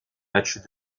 matchs